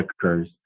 occurs